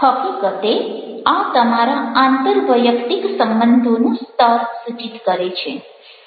હકીકતે આ તમારા આંતરવૈયક્તિક સંબંધોનું સ્તર સૂચિત કરે છે